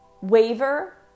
waver